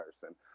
person